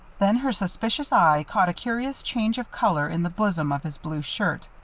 then her suspicious eye caught a curious change of color in the bosom of his blue shirt.